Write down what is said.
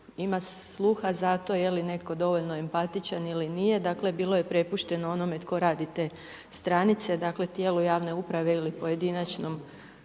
ima sluha za to, je li netko dovoljno empatičan ili nije. Dakle bilo je prepušteno onome tko radi te stranice, dakle tijelo javne uprave ili pojedinačnoj